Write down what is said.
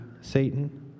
Satan